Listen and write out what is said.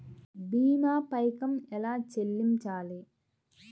భీమా పైకం ఎలా చెల్లించాలి?